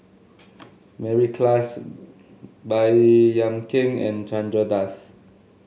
Mary Klass Baey Yam Keng and Chandra Das